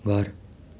घर